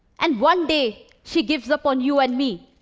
and one day she gives up on you and me,